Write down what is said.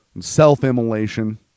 self-immolation